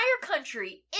country